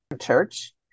church